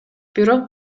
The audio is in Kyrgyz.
бирок